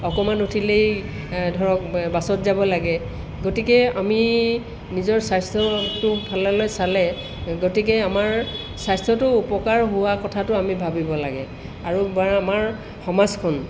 অকণমান উঠিলেই ধৰক বাছত যাব লাগে গতিকে আমি নিজৰ স্বাস্থ্যটোৰ ফাললৈ চালে গতিকে আমাৰ স্বাস্থ্যটো উপকাৰ হোৱা কথাটো আমি ভাবিব লাগে আৰু আমাৰ সমাজখন